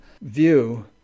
view